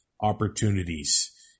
opportunities